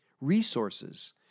Resources